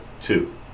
two